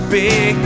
big